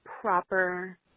proper